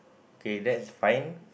okay that's fine